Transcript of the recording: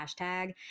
hashtag